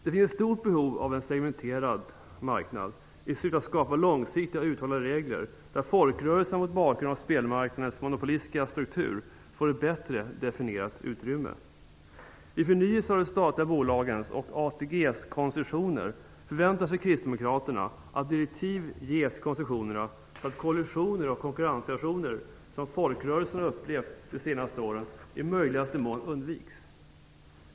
Det finns ett stort behov av en segmenterad marknad i syfte att skapa långsiktiga och uthålliga regler, där folkrörelserna mot bakgrund av spelmarknadens monopolistiska struktur får ett bättre definierat utrymme. Vid förnyelse av de statliga bolagens och ATG:s koncessioner förväntar sig kristdemokraterna att direktiv ges i koncessionerna så att "kollisioner" och konkurrenssituationer som folkrörelserna upplevt de senaste åren i möjligaste mån undviks.